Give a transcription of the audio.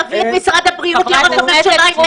תביא את משרד הבריאות יחד עם ראש הממשלה,